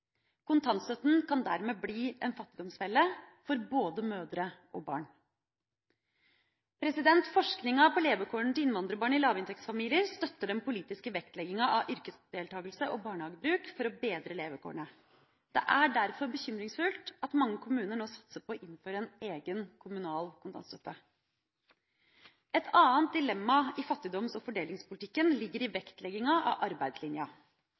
Kontantstøtten kan dermed bli en fattigdomsfelle for både mødre og barn. Forskninga på levekårene til innvandrerbarn i lavinntektsfamilier støtter den politiske vektlegginga av yrkesdeltakelse og barnehagebruk for å bedre levekårene. Det er derfor bekymringsfullt at mange kommuner nå satser på å innføre en egen kommunal kontantstøtte. Et annet dilemma i fattigdoms- og fordelingspolitikken ligger i vektlegginga av arbeidslinja.